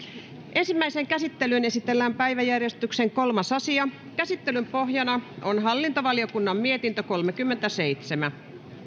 ensimmäiseen käsittelyyn esitellään päiväjärjestyksen kolmas asia käsittelyn pohjana on hallintovaliokunnan mietintö kolmekymmentäseitsemän